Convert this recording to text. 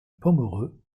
pomereux